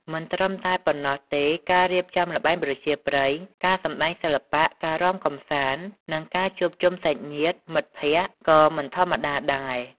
មិនត្រឹមតែប៉ុណ្ណោះទេការរៀបចំល្បែងប្រជាប្រិយ ការសម្ដែងសិល្បៈ ការរាំកម្សាន្ត និងការជួបជុំសាច់ញាតិមិត្តភក្តិក៏មិនធម្មតាដែរ ។